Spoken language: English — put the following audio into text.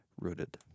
rooted